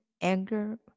anger